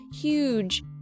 huge